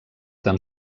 tan